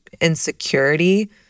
insecurity